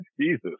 Jesus